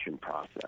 process